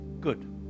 good